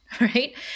Right